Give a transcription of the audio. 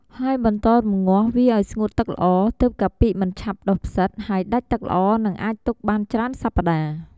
ហើយបន្តរំងាស់វាឱ្យស្ងួតទឹកល្អ ទើបកាពិមិនឆាប់ដុះផ្សិត បើដាច់ទឹកល្អនឹងអាចទុកបានច្រើនសប្ដាហ៍។